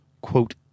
quote